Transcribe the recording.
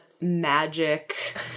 magic